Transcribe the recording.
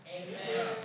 Amen